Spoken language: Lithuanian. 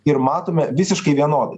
ir matome visiškai vienodai